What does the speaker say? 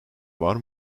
var